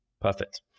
perfect